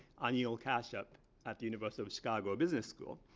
anil kashyap at the university of chicago business school.